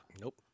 Nope